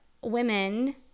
women